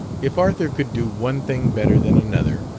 if arthur could do one thing better than another,